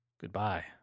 Goodbye